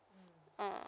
mm